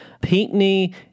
Pinckney